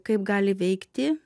kaip gali veikti